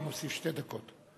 אני מוסיף שתי דקות.